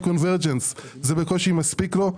זה בקושי מספיק לו.